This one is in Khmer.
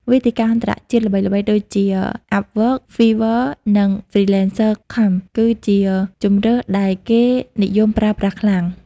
វេទិកាអន្តរជាតិល្បីៗ ដូចជា Upwork, Fiverr និង Freelancer.com គឺជាជម្រើសដែលគេនិយមប្រើប្រាស់ខ្លាំង។